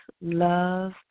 love